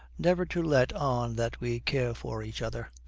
never to let on that we care for each other.